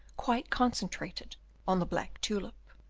quite concentrated on the black tulip.